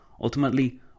ultimately